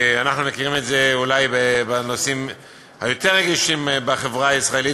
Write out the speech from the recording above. אנחנו מכירים את זה אולי בנושאים היותר-רגישים בחברה הישראלית,